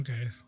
Okay